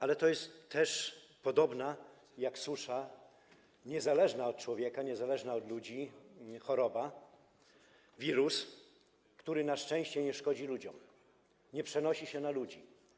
Ale to jest też, podobnie jak w przypadku suszy, niezależna od człowieka, niezależna od ludzi choroba, wirus, który na szczęście nie szkodzi ludziom, nie przenosi się na ludzi.